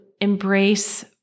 embrace